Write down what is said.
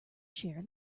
chair